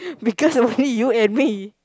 because only you and me